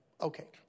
Okay